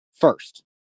First